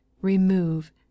remove